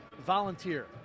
volunteer